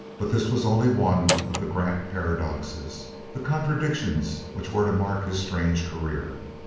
but this was only one of the grant paradoxes the contradictions which were to mark his strange career.